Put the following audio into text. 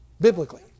biblically